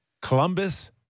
Columbus